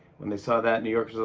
when they saw that, new yorkers ah